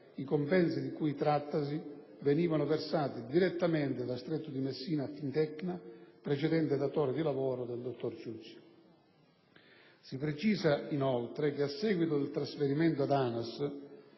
i compensi di cui trattasi venivano versati direttamente da Stretto di Messina a Fintecna, precedente datore di lavoro del dottor Ciucci. Si precisa, inoltre, che a seguito del trasferimento ad ANAS,